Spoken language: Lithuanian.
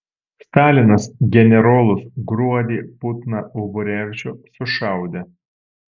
stalinas generolus gruodį putną uborevičių sušaudė